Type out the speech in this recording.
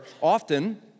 often